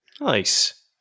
Nice